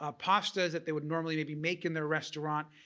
ah pastas that they would normally maybe make in their restaurant.